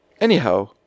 Anyhow